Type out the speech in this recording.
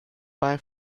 bei